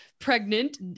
pregnant